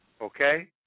Okay